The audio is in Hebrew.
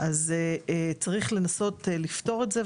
אז צריך לנסות לפתור את זה,